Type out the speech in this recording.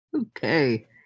Okay